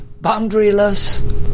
boundaryless